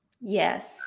Yes